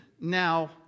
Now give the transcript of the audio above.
now